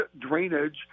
drainage